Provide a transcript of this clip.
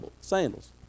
sandals